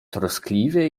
troskliwie